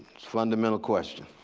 fundamental question.